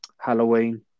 Halloween